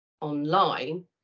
online